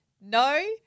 no